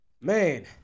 man